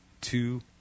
two